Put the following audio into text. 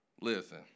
Listen